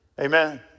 Amen